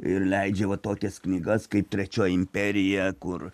ir leidžia va tokias knygas kaip trečioji imperija kur